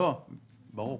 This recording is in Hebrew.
ברור.